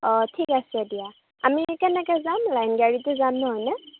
অ' ঠিক আছে দিয়া আমি কেনেকৈ যাম লাইন গাড়ীতে যাম নহয়নে